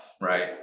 right